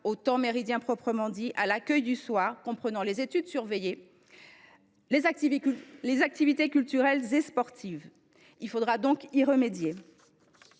le temps méridien proprement dit, l’accueil du soir, qui comprend les études surveillées, et les activités culturelles et sportives. Il faudra y remédier.